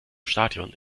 stadion